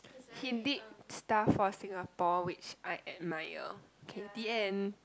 he did stuff for Singapore which I admire kay the end